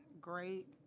great